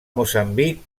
moçambic